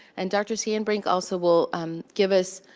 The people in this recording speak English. and dr. sandbrink also will um give us